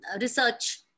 research